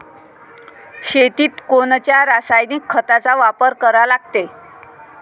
शेतीत कोनच्या रासायनिक खताचा वापर करा लागते?